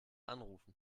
anrufen